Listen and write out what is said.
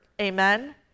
amen